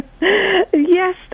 Yes